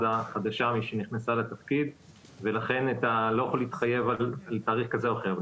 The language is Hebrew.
החדשה משנכנסה לתפקיד ולכן אני לא יכול להתחייב על תאריך כזה או אחר.